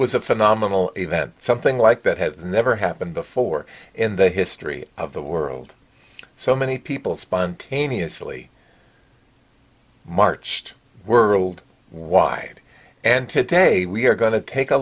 was a phenomenal event something like that had never happened before in the history of the world so many people spontaneously marched world wide and today we're going to take a